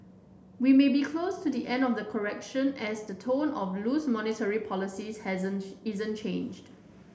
we may be close to the end of the correction as the tone of loose monetary policies hasn't isn't changed